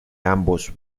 ambos